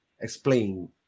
explain